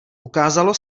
ukázalo